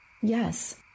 Yes